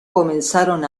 comenzaron